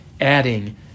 adding